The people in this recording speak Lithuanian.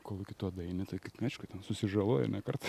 kol iki to daeini tai aišku ten susižaloji ne kartą